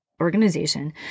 organization